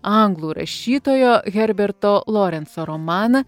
anglų rašytojo herberto lorenco romaną